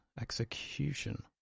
Execution